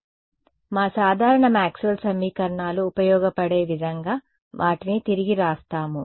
కాబట్టి మా సాధారణ మాక్స్వెల్ సమీకరణాలు ఉపయోగపడే విధంగా వాటిని తిరిగి వ్రాస్తాము